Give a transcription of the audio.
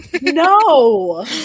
no